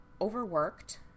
overworked